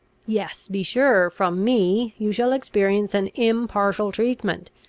yes, be sure, from me you shall experience an impartial treatment!